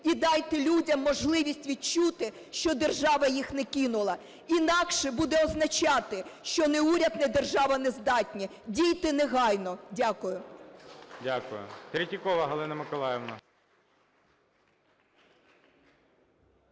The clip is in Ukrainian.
і дайте людям можливість відчути, що держава їх не кинула. Інакше буде означати, що ні уряд, ні держава не здатні. Дійте негайно. Дякую. ГОЛОВУЮЧИЙ. Дякую. Третьякова Галина Миколаївна.